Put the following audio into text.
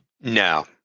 no